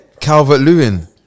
Calvert-Lewin